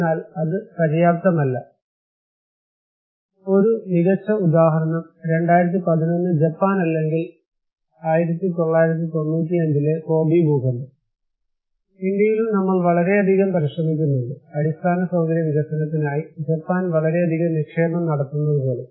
എന്നാൽ അത് പര്യാപ്തമല്ല ഒരു മികച്ച ഉദാഹരണം 2011 ജപ്പാൻ അല്ലെങ്കിൽ 1995 ലെ കോബി ഭൂകമ്പം ഇന്ത്യയിലും നമ്മൾ വളരെയധികം പരിശ്രമിക്കുന്നുണ്ട് അടിസ്ഥാന സൌകര്യ വികസനത്തിനായി ജപ്പാൻ വളരെയധികം നിക്ഷേപം നടത്തുന്നതു പോലെ